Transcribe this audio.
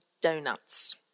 donuts